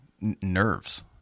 nerves